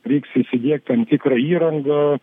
reiks įsidiegt tam tikrą įrangą